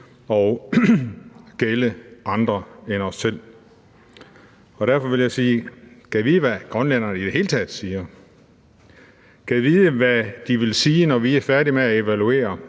at gælde andre end os selv. Og derfor vil jeg sige: Gad vide, hvad grønlændere i det hele taget siger. Gad vide, hvad de ville sige, når vi er færdige med evaluere.